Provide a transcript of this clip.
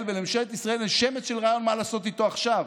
ולממשלת ישראל אין שמץ של רעיון מה לעשות איתו עכשיו?